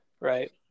right